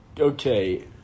okay